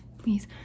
Please